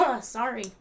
Sorry